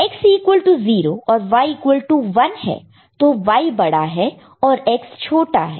जब X0 और Y1 है तो Y बड़ा है और X छोटा है